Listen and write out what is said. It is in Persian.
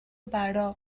براق